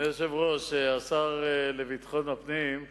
אדוני היושב-ראש, השר לביטחון הפנים,